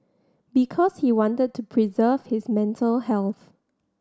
because he wanted to preserve his mental health